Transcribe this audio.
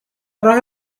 راه